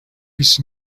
his